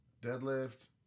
Deadlift